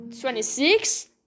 twenty-six